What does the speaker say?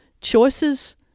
Choices